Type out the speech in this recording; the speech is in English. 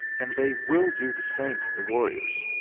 and they will do the same to the warriors.